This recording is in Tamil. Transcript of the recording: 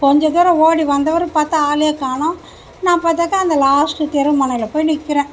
கொஞ்சம் தூரம் ஓடி வந்தவர் பார்த்தா ஆளை காணோம் நான் பார்த்தாக்கா அந்த லாஸ்ட் தெரு முனையில போய் நிக்கிறேன்